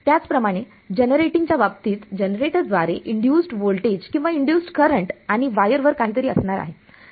त्याचप्रमाणे जनरेटिंगच्या बाबतीत जनरेटरद्वारे इंड्युसड् व्होल्टेज किंवा इंड्युसड् करंट आणि वायरवर काहीतरी असणार आहे